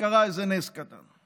וקרה איזה נס קטן.